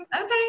Okay